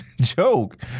joke